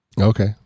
Okay